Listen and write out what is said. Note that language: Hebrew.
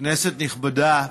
כנסת נכבדה,